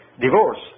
divorce